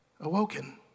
awoken